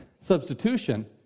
substitution